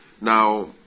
Now